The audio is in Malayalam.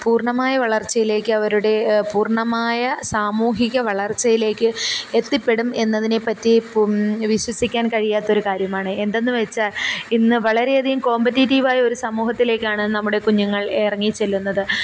പൂർണമായ വളർച്ചയിലേക്ക് അവരുടെ പൂർണമായ സാമൂഹിക വളർച്ചയിലേക്ക് എത്തിപ്പെടും എന്നതിനെ പറ്റി വിശ്വസിക്കാൻ കഴിയാത്ത ഒരു കാര്യമാണ് എന്തെന്ന് വച്ചാൽ ഇന്ന് വളരെ അധികം കോമ്പറ്റേറ്റീവായ ഒരു സമൂഹത്തിലേക്കാണ് നമ്മുടെ കുഞ്ഞുങ്ങൾ ഇറങ്ങിച്ചെല്ലുന്നത്